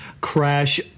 crash